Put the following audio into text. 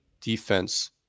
defense